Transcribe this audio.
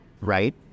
right